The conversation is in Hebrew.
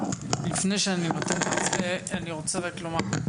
לפני שאני נותן את זה, אני רוצה רק לומר.